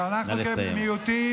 נא לסיים.